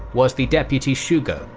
was the deputy shugo,